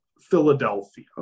Philadelphia